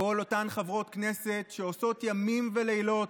כל אותן חברות כנסת שעושות ימים ולילות